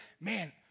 man